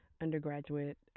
Undergraduate